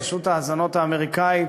רשות ההאזנות האמריקנית,